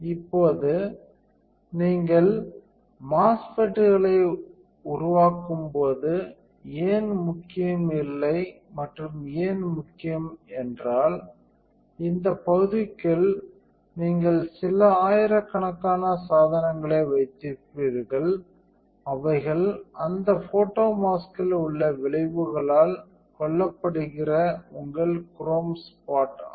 இப்போது நீங்கள் MOSFET களை உருவாக்கும்போது ஏன் முக்கியம் இல்லை மற்றும் ஏன் முக்கியம் என்றால் இந்த பகுதிக்குள் நீங்கள் சில ஆயிரக்கணக்கான சாதனங்களை வைத்திருப்பீர்கள் அவைகள் அந்த போட்டோமாஸ்கில் உள்ள விளைவுகளால் கொல்லப்படுகிற உங்கள் குரோம் ஸ்பாட் ஆகும்